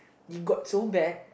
it got so bad